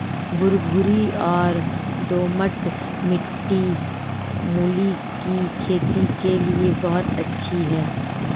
भुरभुरी और दोमट मिट्टी मूली की खेती के लिए बहुत अच्छी है